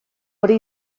hori